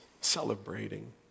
celebrating